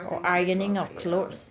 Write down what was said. or ironing out clothes